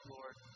Lord